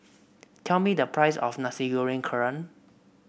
tell me the price of Nasi Goreng Kerang